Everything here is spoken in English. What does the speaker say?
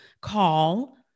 call